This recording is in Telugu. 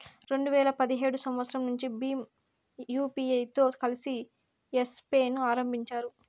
రెండు వేల పదిహేడు సంవచ్చరం నుండి భీమ్ యూపీఐతో కలిసి యెస్ పే ను ఆరంభించారు